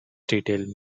detail